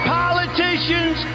politicians